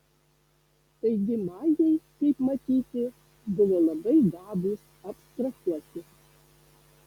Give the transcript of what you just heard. taigi majai kaip matyti buvo labai gabūs abstrahuoti